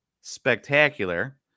spectacular